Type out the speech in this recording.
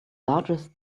largest